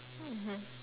mmhmm